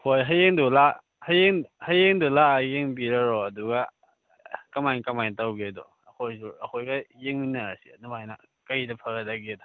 ꯍꯣꯏ ꯍꯌꯦꯡꯗꯨ ꯍꯌꯦꯡ ꯍꯌꯦꯡꯗꯨ ꯂꯥꯛꯑ ꯌꯦꯡꯕꯤꯔꯔꯣ ꯑꯗꯨꯒ ꯀꯃꯥꯏ ꯀꯃꯥꯏꯅ ꯇꯧꯒꯦꯗꯣ ꯑꯩꯈꯣꯏꯁꯨ ꯑꯩꯈꯣꯏꯒ ꯌꯦꯡꯃꯤꯟꯅꯔꯁꯤ ꯑꯗꯨꯃꯥꯏꯅ ꯀꯔꯤꯅ ꯐꯒꯗꯒꯦꯗꯣ